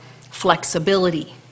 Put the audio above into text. flexibility